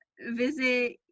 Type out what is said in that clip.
visit